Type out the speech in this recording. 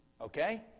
Okay